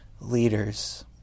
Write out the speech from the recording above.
leaders